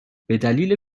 بدلیل